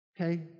Okay